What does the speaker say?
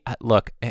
look